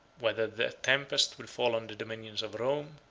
whether the tempest would fall on the dominions of rome,